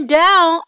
down